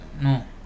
no